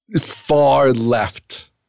far-left